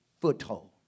foothold